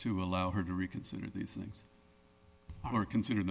to allow her to reconsider these things or consider